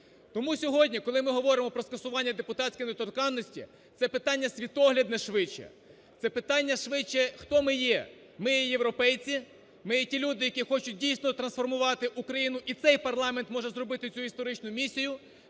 Тому сьогодні, коли ми говоримо про скасування депутатської недоторканності, це питання світоглядне швидше, це питання швидше, хто ми є: ми є європейці, ми є ті люди, як хочуть дійсно трансформувати Україну, і цей парламент може зробити цю історичну місію,